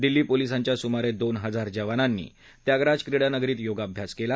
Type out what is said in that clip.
दिल्ली पोलीसांच्या सुमारे दोन हजार जवानांनी त्यागराज क्रिडा नगरीत योगाभ्यास केला